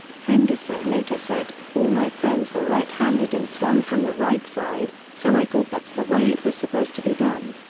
henderson later said, all my friends were right-handed and swung from the right side, so i thought that's the way it was supposed to be done.